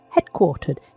headquartered